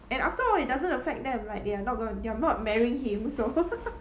and after all it doesn't affect them right they're not going to they're not marrying him so